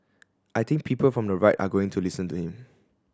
I think people from the right are going to listen to him